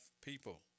people